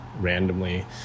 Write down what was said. randomly